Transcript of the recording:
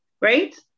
right